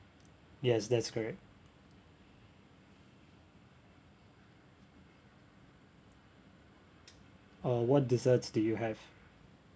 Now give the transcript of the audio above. yes that's correct uh what desserts do you have